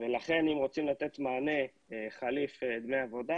ולכן אם רוצים לתת מענה חליף דמי עבודה